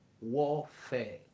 Warfare